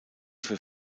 für